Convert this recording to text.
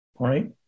right